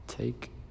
Take